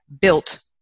built